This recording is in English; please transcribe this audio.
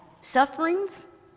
sufferings